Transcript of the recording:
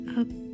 up